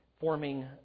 forming